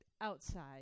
outside